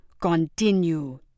continue